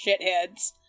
shitheads